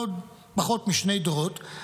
בעוד פחות משני דורות,